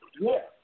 Yes